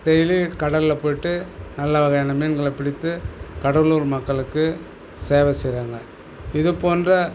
டெய்லியும் கடலில் போயிட்டு நல்ல வகையான மீன்களை பிடித்து கடலூர் மக்களுக்கு சேவை செய்கிறாங்க இதுப்போன்ற